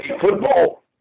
football